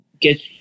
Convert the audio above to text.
get